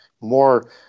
more